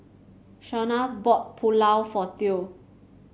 Shauna bought Pulao for Theo